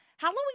Halloween